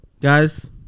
Guys